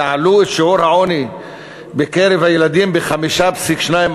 יעלה שיעור העוני בקרב הילדים ב-5.2%.